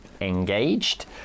engaged